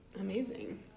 Amazing